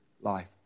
life